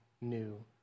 new